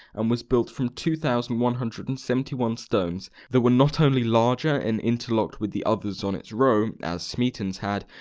and was built from two thousand one hundred and seventy one stones that were not only larger and interlocked with the others on its row, as smeaton's had,